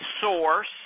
source